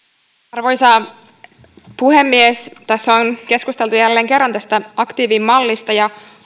arvoisa puhemies tässä on keskusteltu jälleen kerran tästä aktiivimallista ja